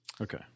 Okay